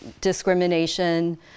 discrimination